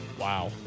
Wow